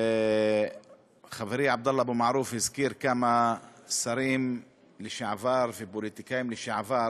חברי עבדאללה אבו מערוף הזכיר כמה שרים לשעבר ופוליטיקאים לשעבר.